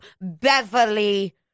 Beverly